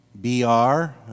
B-R